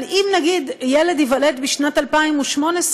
אבל אם נגיד ילד ייוולד בשנת 2018,